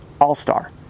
all-star